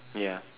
ya